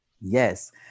Yes